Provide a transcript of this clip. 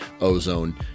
ozone